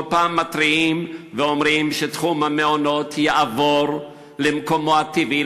כל פעם מתריעים ואומרים שתחום המעונות יעבור למקומו הטבעי,